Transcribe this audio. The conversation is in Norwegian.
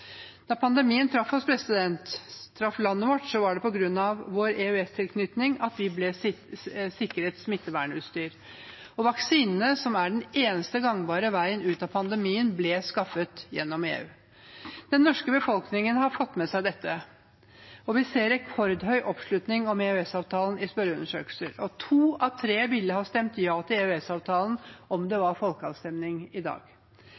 Da pandemien traff landet vårt, var det på grunn av vår EØS-tilknytning vi ble sikret smittevernutstyr. Vaksinene, som er den eneste gangbare veien ut av pandemien, ble skaffet gjennom EU. Den norske befolkningen har fått med seg dette, og vi ser rekordhøy oppslutning om EØS-avtalen i spørreundersøkelser. To av tre ville ha stemt ja til EØS-avtalen om det var folkeavstemning i dag.